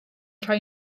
rhoi